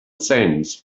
sends